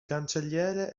cancelliere